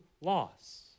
loss